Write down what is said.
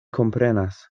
komprenas